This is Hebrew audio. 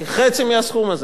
כחצי מהסכום הזה.